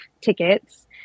tickets